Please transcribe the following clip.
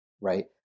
right